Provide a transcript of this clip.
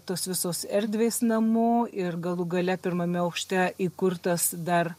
tos visos erdvės namų ir galų gale pirmame aukšte įkurtas dar